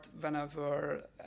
whenever